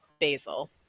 basil